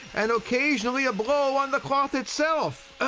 and occasionally a blow on the cloth itself.